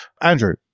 Andrew